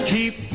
Keep